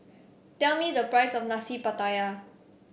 tell me the price of Nasi Pattaya